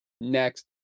Next